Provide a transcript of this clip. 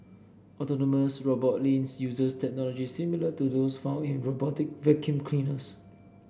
autonomous robot Lynx uses technology similar to those found in robotic vacuum cleaners